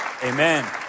Amen